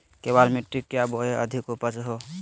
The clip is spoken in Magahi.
केबाल मिट्टी क्या बोए की अधिक उपज हो?